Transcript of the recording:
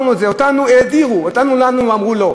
אנחנו לא אמרנו את זה, אותנו הדירו ולנו אמרו לא.